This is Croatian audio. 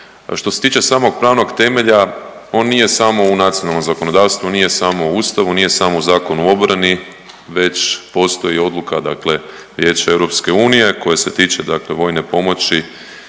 Što se tiče samog pravnog temelja on nije samo u nacionalnom zakonodavstvu, nije samo u Zakonu o obrani već postoji odluka, dakle Vijeća EU koje se tiče dakle vojne pomoći